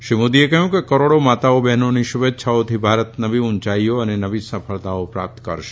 શ્રી મોદીએ કહ્યું કે કરોડો માતાઓ બહેનોની શુભેચ્છાઓથી ભારત નવી ઉંચાઇઓ અને નવી સફળતાઓ પ્રાપ્ત કરશે